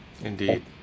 Indeed